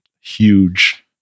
huge